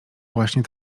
właśnie